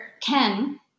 Ken